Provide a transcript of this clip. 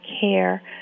care